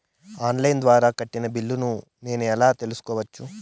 On line ద్వారా కట్టిన బిల్లును నేను ఎలా తెలుసుకోవచ్చు?